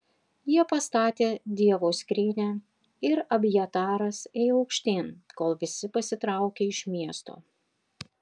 jie pastatė dievo skrynią ir abjataras ėjo aukštyn kol visi pasitraukė iš miesto